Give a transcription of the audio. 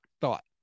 thought